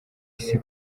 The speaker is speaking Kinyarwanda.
isi